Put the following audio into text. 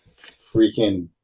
freaking